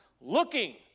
looking